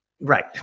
Right